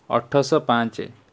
ଅଠରଶହ ପାଞ୍ଚ